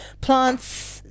plants